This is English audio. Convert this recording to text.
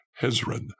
Hezron